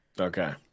Okay